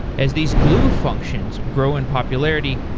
as these glue functions grow in popularity,